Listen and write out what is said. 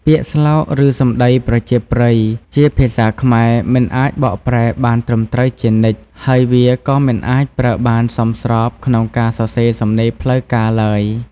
ពាក្យស្លោក ឬសំដីប្រជាប្រិយជាភាសាខ្មែរ មិនអាចបកប្រែបានត្រឹមត្រូវជានិច្ច ហើយវាក៏មិនអាចប្រើបានសមស្របក្នុងការសរសេរសំណេរផ្លូវការឡើយ។